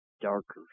darker